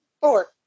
four